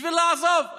בשביל לעזוב.